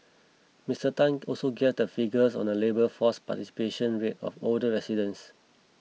Mister Tan also gave the figures on the labour force participation rate of older residents